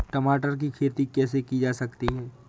टमाटर की खेती कैसे की जा सकती है?